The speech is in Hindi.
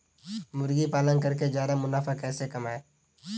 मुर्गी पालन करके ज्यादा मुनाफा कैसे कमाएँ?